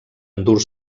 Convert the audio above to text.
endur